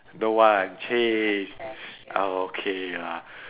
don't want chase ah okay lah